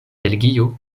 belgio